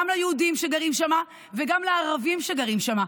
ליהודים שגרים שם וגם לערבים שגרים שם.